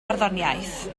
barddoniaeth